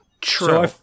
True